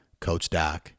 coachdoc